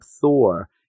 Thor